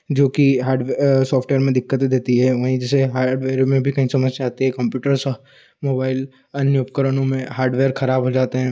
जो की hard software में दिक्कतें देती हैं वहीं जैसे हार्डवेयर में भी कई समस्या आती है कम्प्यूटर्स मोबाइल अन्य उपकरणों में हार्डवेयर खराब हो जाते हैं